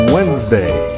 Wednesday